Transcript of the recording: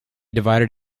divided